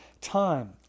time